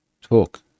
Talk